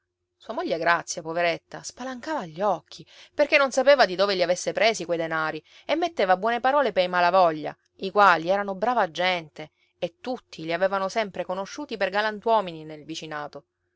sua moglie grazia poveretta spalancava gli occhi perché non sapeva di dove li avesse presi quei denari e metteva buone parole pei malavoglia i quali erano brava gente e tutti li avevano sempre conosciuti per galantuomini nel vicinato